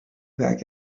back